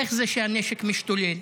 איך זה שהנשק משתולל?